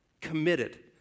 committed